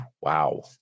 Wow